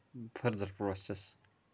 further process